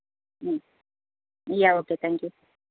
yeah okay thank you